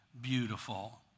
beautiful